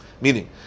Meaning